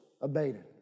abated